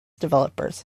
developers